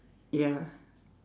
ya